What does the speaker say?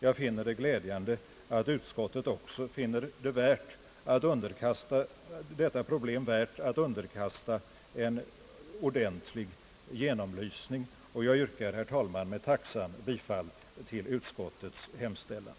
Jag tycker det är glädjande att utskottet också finner problemen värda en ordentlig genomlysning och jag yrkar, herr talman, med tacksamhet bifall till utskottets hemställan.